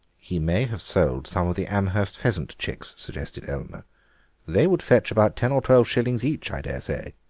he may have sold some of the amherst pheasant chicks, suggested eleanor they would fetch about ten or twelve shillings each, i daresay.